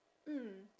mm